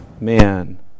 man